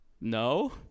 no